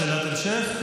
שאלת המשך?